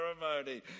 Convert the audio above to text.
ceremony